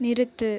நிறுத்து